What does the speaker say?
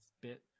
bit